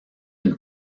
une